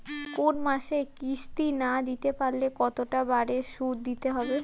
কোন মাসে কিস্তি না দিতে পারলে কতটা বাড়ে সুদ দিতে হবে?